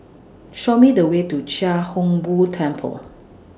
Show Me The Way to Chia Hung Boo Temple